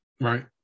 Right